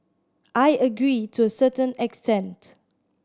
I agree to a certain extent